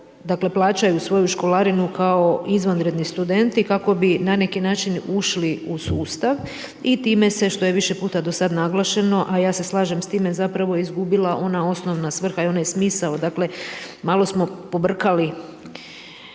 dakle plaćaju svoju školarinu kao izvanredni studenti kako bi na neki način ušli u sustav i time se što je više puta do sada naglašeno, a ja se slažem s time zapravo izgubila ona osnovna svrha i onaj smisao. Dakle, malo smo pobrkali